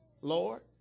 Lord